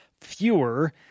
fewer